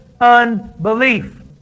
unbelief